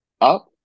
up